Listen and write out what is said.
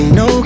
no